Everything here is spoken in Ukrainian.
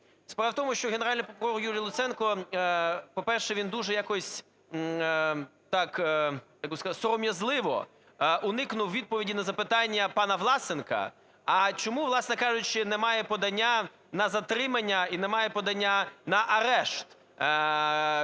Справа в тому, що Генеральний прокурор Юрій Луценко, по-перше, він дуже якось так, як би сказати, сором'язливо уникнув відповіді на запитання пана Власенка. А чому, власне кажучи, немає подання на затримання і немає подання на арешт